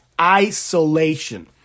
Isolation